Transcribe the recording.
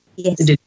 Yes